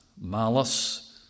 malice